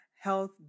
health